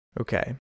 Okay